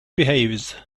behaves